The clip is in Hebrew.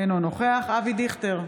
אינו נוכח אבי דיכטר,